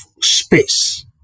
space